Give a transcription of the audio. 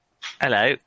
Hello